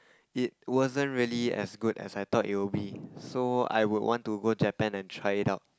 it wasn't really as good as I thought it would be so I would want to go Japan and try it out